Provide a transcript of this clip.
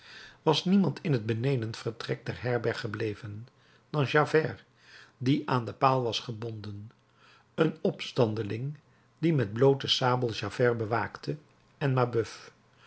was niemand in het benedenvertrek der herberg gebleven dan javert die aan den paal was gebonden een opstandeling die met bloote sabel javert bewaakte en mabeuf